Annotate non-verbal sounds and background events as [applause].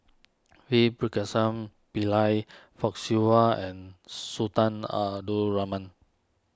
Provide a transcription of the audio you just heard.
V [unintelligible] Pillai Fock Siew Wah and Sultan Abdul Rahman